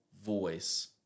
voice